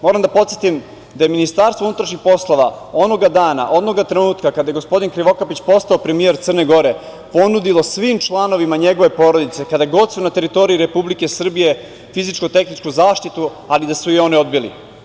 Moram da podsetim da je MUP onoga dana, onoga trenutka kada je gospodin Krivokapić postao premijer Crne Gore ponudilo svim članovima njegove porodice kada god su na teritoriji Republike Srbije fizičko–tehničku zaštitu, ali da su je oni odbili.